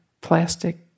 plastic